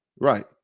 right